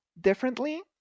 differently